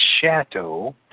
chateau